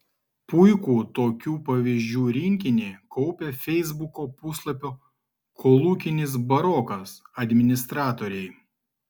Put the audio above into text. puikų tokių pavyzdžių rinkinį kaupia feisbuko puslapio kolūkinis barokas administratoriai